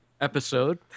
episode